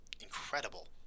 incredible